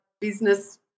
business